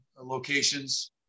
locations